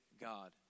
God